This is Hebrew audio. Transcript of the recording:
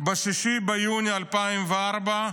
ב-6 ביוני 2004,